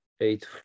eight